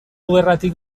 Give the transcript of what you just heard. gerratik